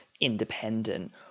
independent